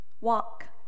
walk